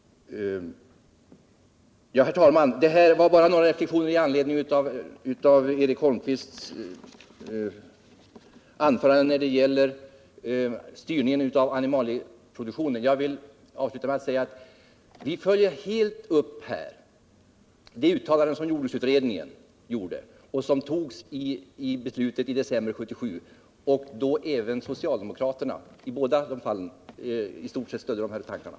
Herr talman! Detta var bara några reflexioner med anledning av Eric Holmqvists anförande när det gäller styrningen av animalieproduktionen. Jag vill avsluta med att säga att vi i propositionen helt följer upp det uttalande som jordbruksutredningen gjorde och som fick stöd av riksdagen i beslutet i december 1977, då även socialdemokraterna i stort sett ställde sig bakom tankegångarna i båda dessa avseenden.